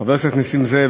חבר הכנסת נסים זאב,